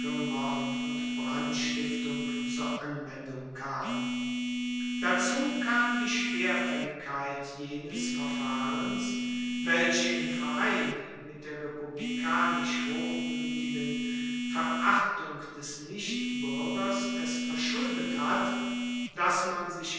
mord und brandstiftung zur anwendung kam dazu kam die schwerfaelligkeit jenes verfahrens welche im verein mit der republikanisch hochmuetigen verachtung des nichtbuergers es verschuldet hat dass man sich